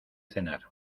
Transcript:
cenar